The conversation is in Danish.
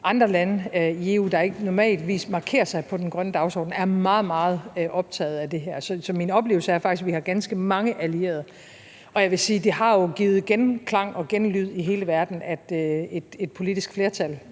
andre lande i EU, der normalt ikke markerer sig på den grønne dagsorden, er meget, meget optaget af det her. Så min oplevelse er faktisk, at vi har ganske mange allierede. Jeg vil sige, at det jo har givet genklang og genlyd i hele verden, at et politisk flertal